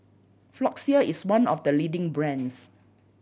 Floxia is one of the leading brands